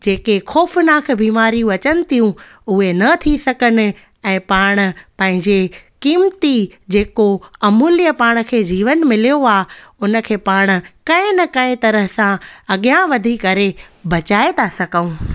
जेके ख़ौफनाक बि बीमारी अचनि थियूं उए न थी सघनि ऐं पाण पंहिंजे कीमती जेको अमूल्य पाण खे जीवन मिलियो आहे उन खे पाण कंहिं न कंहिं तरह सां अॻियां वधी करे बचाए था सघूं